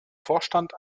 vorstand